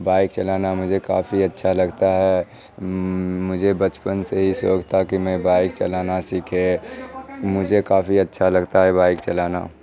bike چلانا مجھے کافی اچھا لگتا ہے مجھے بچپن سے ہی شوق تھا کہ میں بائک چلانا سیکھے مجھے کافی اچھا لگتا ہے بائک چلانا